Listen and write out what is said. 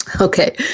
Okay